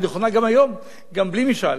היא נכונה גם היום, גם בלי משאל.